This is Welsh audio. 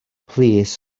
plîs